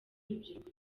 urubyiruko